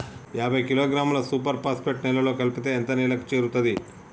యాభై కిలోగ్రాముల super phosphate నేలలో కలిపితే ఎంత నేలకు చేరుతది?